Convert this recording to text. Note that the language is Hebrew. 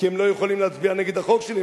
כי הם לא יכולים להצביע נגד החוק שלי.